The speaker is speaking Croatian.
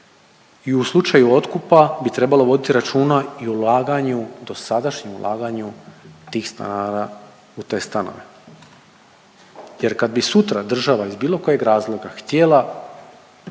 i u slučaju otkupa bi trebalo voditi računa o ulaganju, dosadašnjem ulaganju tih stanara u te stanove jer kad bi sutra država iz bilo kojeg razloga htjela